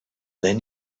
then